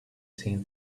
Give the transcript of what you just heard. seen